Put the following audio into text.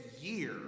year